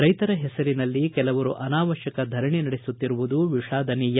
ರೈತರ ಹೆಸರಿನಲ್ಲಿ ಕೆಲವರು ಅನಾವತ್ತಕ ಧರಣಿ ನಡೆಸುತ್ತಿರುವುದು ವಿಷಾದನೀಯ